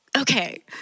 okay